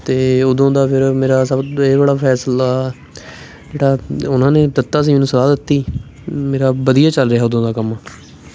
ਅਤੇ ਉਦੋਂ ਦਾ ਫਿਰ ਮੇਰਾ ਸਭ ਦੇ ਇਹ ਵਾਲਾ ਫੈਸਲਾ ਜਿਹੜਾ ਉਹਨਾਂ ਨੇ ਦਿੱਤਾ ਸੀ ਮੈਨੂੰ ਸਲਾਹ ਦਿੱਤੀ ਮੇਰਾ ਵਧੀਆ ਚੱਲ ਰਿਹਾ ਉਦੋਂ ਦਾ ਕੰਮ